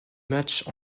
matchs